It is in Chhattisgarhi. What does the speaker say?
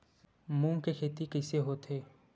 मूंग के खेती कइसे होथे?